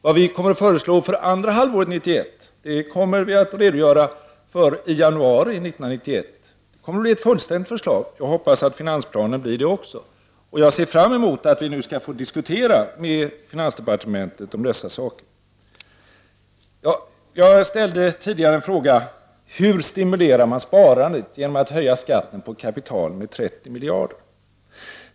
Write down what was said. Vad vi föreslår för andra halvåret 1991 kommer vi att redogöra för i januari 1991. Det kommer att bli ett fullständigt förslag, och jag hoppas att också finansplanen blir det. Jag ser fram mot att nu få diskutera dessa saker med finansdepartementet. Jag ställde tidigare en fråga: Hur stimulerar man sparandet genom att höja skatten på kapital med 30 miljarder?